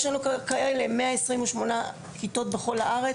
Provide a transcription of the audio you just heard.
יש לנו 128 כיתות כאלה בכל הארץ,